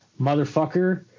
motherfucker